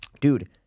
Dude